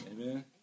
Amen